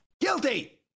Guilty